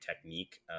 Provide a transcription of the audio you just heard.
technique